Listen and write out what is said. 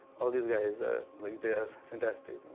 all these guys, ah like they are fantastic.